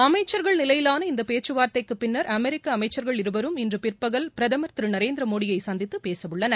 அமைச்சர்கள் நிலையிலான இந்த பேச்சு வார்த்தைக்குப் பின்னர் அமெரிக்க அமைச்சர்கள் இருவரும் இன்று பிற்பகல் பிரதமர் திரு நரேந்திர மோடியை சந்தித்து பேசவுள்ளனர்